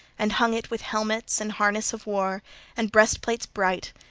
and hung it with helmets and harness of war and breastplates bright,